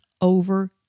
over